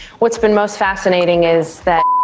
what's been most fascinating is, that.